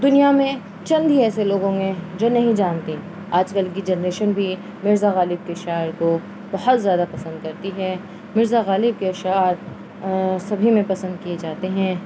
دنیا میں چند ہی ایسے لوگ ہوں گے جو نہیں جانتے آج کل کی جنریشن بھی مرزا غالب کے شعروں کو بہت زیادہ پسند کرتی ہے مرزا غالب کے اشعار سبھی میں پسند کیے جاتے ہیں